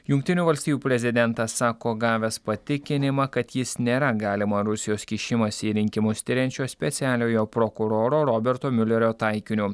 jungtinių valstijų prezidentas sako gavęs patikinimą kad jis nėra galimo rusijos kišimąsi į rinkimus tiriančio specialiojo prokuroro roberto miulerio taikiniu